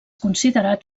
considerat